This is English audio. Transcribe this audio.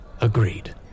Agreed